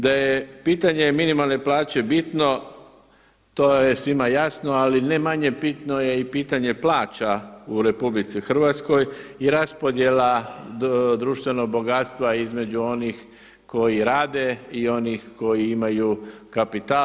Da je pitanje minimalne plaće bitno, to je svima jasno, ali ne manje bitno je i pitanje plaća u RH i raspodjela društvenog bogatstva između onih koji rade i onih koji imaju kapital.